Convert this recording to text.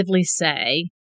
say